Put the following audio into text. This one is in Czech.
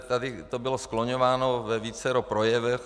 Tady to bylo skloňováno ve vícero projevech.